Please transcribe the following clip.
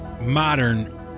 modern